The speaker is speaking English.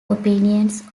opinions